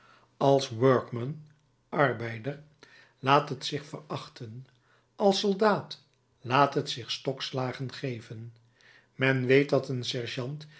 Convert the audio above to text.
als workman arbeider laat het zich verachten als soldaat laat het zich stokslagen geven men weet dat een